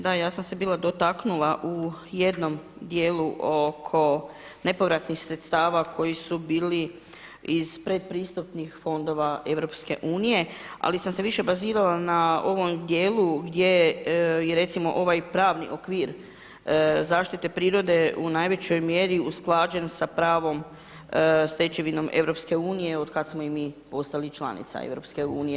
Da, ja sam se bila dotaknula u jednom dijelu oko nepovratnih sredstava koji su bili iz predpristupnih fondova EU, ali sam se više bazirala na ovom dijelu gdje i recimo ovaj pravni okvir zaštite prirode u najvećoj mjeri usklađen sa pravnom stečevinom EU od kad smo i mi postali članica EU.